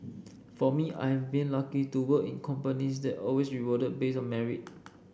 for me I have been lucky to work in companies that always rewarded base on merit